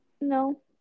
no